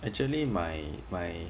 actually my my